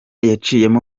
yaciyemo